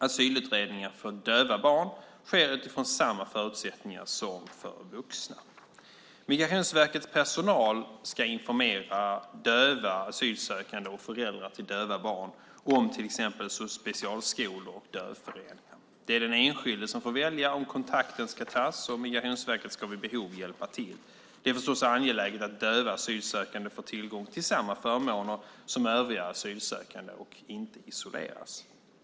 Asylutredningar för döva barn sker utifrån samma förutsättningar som för vuxna. Migrationsverkets personal ska informera döva asylsökande och föräldrar till döva barn om till exempel specialskolor och dövföreningar. Det är den enskilde som får välja om kontakten ska tas, och Migrationsverket ska vid behov hjälpa till. Det är förstås angeläget att döva asylsökande får tillgång till samma förmåner som övriga asylsökande och inte isoleras.